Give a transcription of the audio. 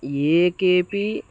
ये केपि